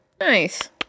Nice